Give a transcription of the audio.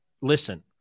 listen